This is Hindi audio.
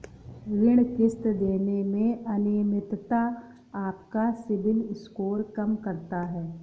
ऋण किश्त देने में अनियमितता आपका सिबिल स्कोर कम करता है